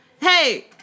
hey